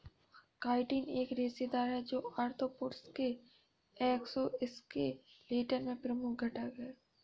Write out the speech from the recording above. chitin एक रेशेदार है, जो आर्थ्रोपोड्स के एक्सोस्केलेटन में प्रमुख घटक है